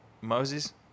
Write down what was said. Moses